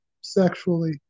sexually